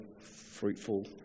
fruitful